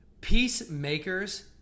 peacemakers